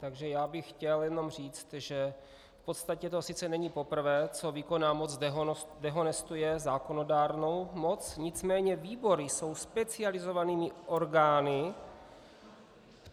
Takže já bych chtěl jenom říct, že v podstatě to sice není poprvé, co výkonná moc dehonestuje zákonodárnou moc, nicméně výbory jsou specializovanými orgány